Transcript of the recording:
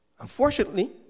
Unfortunately